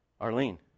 Arlene